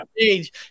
age